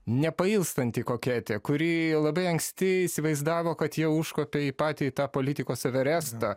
nepailstanti koketė kūrėja labai anksti įsivaizdavo kad jie užkopė į patį tą politikos everestą